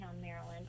Maryland